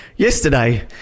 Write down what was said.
Yesterday